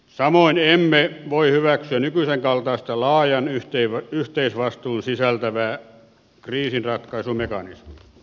samoin emme voi hyväksyä nykyisenkaltaista laajan yhteisvastuun sisältävää kriisinratkaisumekanismia